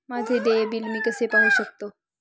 माझे देय बिल मी कसे पाहू शकतो?